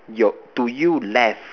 your to you less